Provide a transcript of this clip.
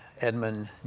Edmund